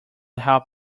help